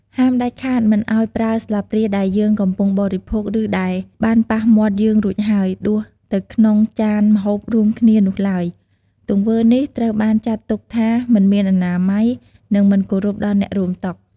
ហាមដាច់ខាតមិនឱ្យប្រើស្លាបព្រាដែលយើងកំពុងបរិភោគ ឬដែលបានប៉ះមាត់យើងរួចហើយ ដួសទៅក្នុងចានម្ហូបរួមគ្នានោះឡើយ ទង្វើនេះត្រូវបានចាត់ទុកថាមិនមានអនាម័យ និងមិនគោរពដល់អ្នករួមតុ។